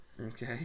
okay